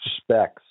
Specs